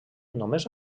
només